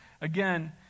again